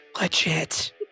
Legit